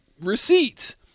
receipts